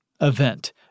event